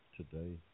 today